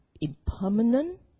impermanent